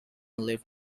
left